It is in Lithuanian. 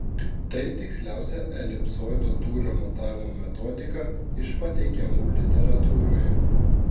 tai tiksliausia elipsoido tūrio matavimo metodika iš pateikiamų literatūroje